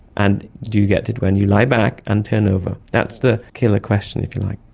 and do you get it when you lie back and turn over, that's the killer question, if you like.